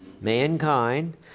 mankind